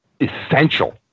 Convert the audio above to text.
essential